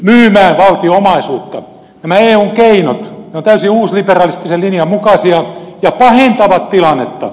nämä eun keinot ovat täysin uusliberalistisen linjan mukaisia ja pahentavat tilannetta